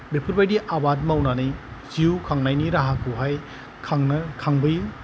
बेफोरबायदि आबाद मावनानै जिउ खांनायनि राहाखौहाय खांबोयो